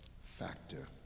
factor